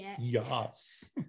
Yes